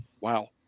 wow